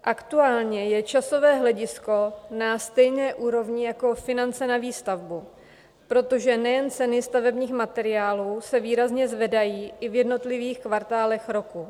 Aktuálně je časové hledisko na stejné úrovni jako finance na výstavbu, protože nejen ceny stavebních materiálů se výrazně zvedají i v jednotlivých kvartálech roku.